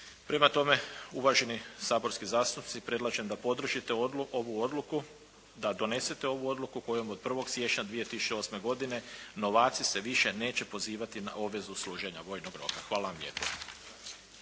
Prema tome, uvaženi saborski zastupnici predlažem da podržite ovu odluku, da donesete ovu odluku kojom od 1. siječnja 2008. godine novaci se više neće pozivati na obvezu služenja vojnog roka. Hvala vam lijepo.